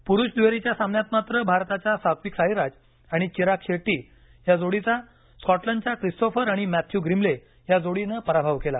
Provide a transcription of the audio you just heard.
पुरुष दुहेरीच्या सामन्यात मात्र भारताच्या सात्विक साईराज आणि चिराग शेट्टी या जोडीचा स्कॉटलंडच्या क्रिस्तोफर आणि मॅथ्यू ग्रिमले या जोडीनं पराभव केला